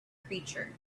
creature